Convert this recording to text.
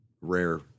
rare